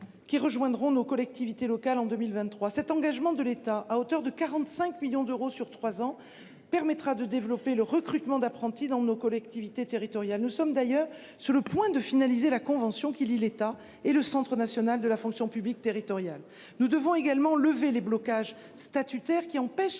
Qui rejoindront nos collectivités locales en 2023, cet engagement de l'État à hauteur de 45 millions d'euros sur 3 ans permettra de développer le recrutement d'apprentis dans nos collectivités territoriales, nous sommes d'ailleurs sur le point de finaliser la convention qui lie l'État et le Centre national de la fonction publique territoriale. Nous devons également lever les blocages statutaires qui empêche